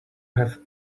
have